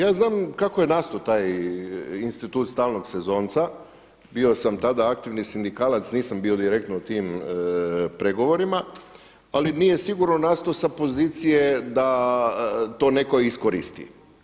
Pa ja znam kako je nastao taj institut stalnog sezonca, bio sam tada aktivni sindikalac, nisam bio direktno u tim pregovorima ali nije sigurno nastao sa pozicije da to netko i iskoristi.